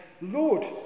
Lord